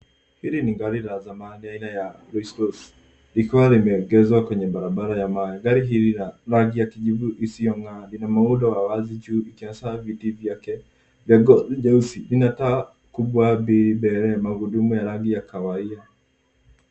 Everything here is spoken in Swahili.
Hili ni gari la zamani aina ya Royce Rolls likiwa limeegezwa kwenye barabara ya mawe. Gari hili la rangi ya kijivu isiyong'aa lina muundo wa wazi juu ikionyesha viti vyake vya ngozi nyeusi, lina taa kubwa mbili mbele, magurudumu ya rangi ya kahawia.